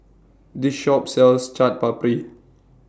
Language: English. This Shop sells Chaat Papri